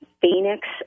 Phoenix